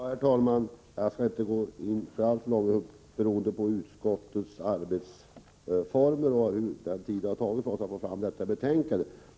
Herr talman! Jag skall inte närmare gå in på frågan om utskottets arbetsformer och den tid det har tagit för oss att få fram detta betänkande.